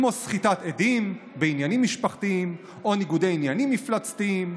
כמו סחיטת עדים בעניינים משפחתיים או ניגודי עניינים מפלצתיים,